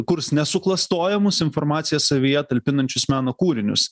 kurs nesuklastojamus informaciją savyje talpinančius meno kūrinius